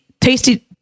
tasty